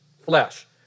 flesh